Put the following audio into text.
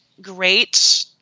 great